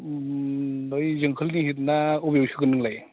बै जोंखोल निहिर ना अबेयाव सोगोन नोंलाय